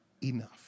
enough